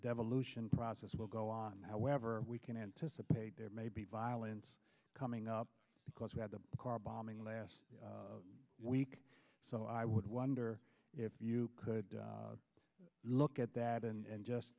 devolution process will go on however we can anticipate there may be violence coming up because we had the car bombing last week so i would wonder if you could look at that and